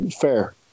fair